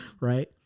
right